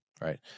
Right